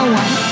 one